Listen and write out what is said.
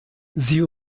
sie